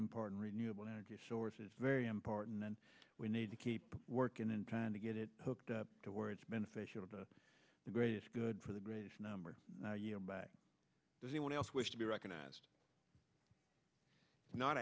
important renewable energy sources very important and we need to keep working and trying to get it hooked up to where it's beneficial to the greatest good for the greatest number does anyone else wish to be recognized not